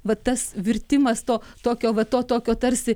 vat tas virtimas to tokio va to tokio tarsi